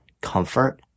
comfort